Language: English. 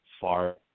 far